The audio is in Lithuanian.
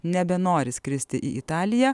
nebenori skristi į italiją